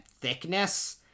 thickness